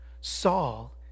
Saul